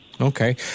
Okay